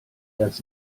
das